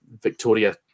victoria